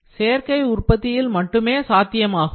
சேர்க்கை உற்பத்தியில் மட்டுமே சாத்தியமாகும்